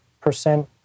percent